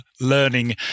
learning